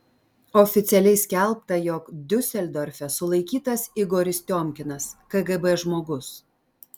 oficialiai skelbta jog diuseldorfe sulaikytas igoris tiomkinas kgb žmogus